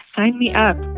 sign me up.